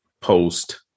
Post-